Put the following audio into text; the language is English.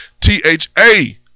T-H-A